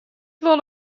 wol